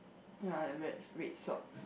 ya and red red socks